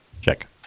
Check